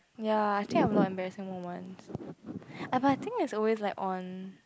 ya actually I have no embarrassing moments I but I think it's always like on